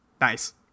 Nice